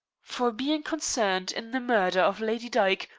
for being concerned in the murder of lady dyke,